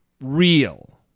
real